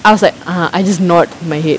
I was like ah I just nod my head